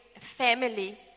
family